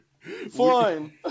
Fine